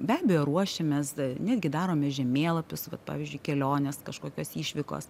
be abejo ruošiamės netgi darome žemėlapius vat pavyzdžiui kelionės kažkokios išvykos